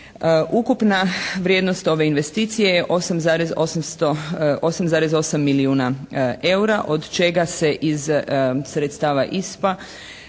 Ukupna vrijednost ove investicije je 8,8 milijuna eura od čega se iz sredstava ISPA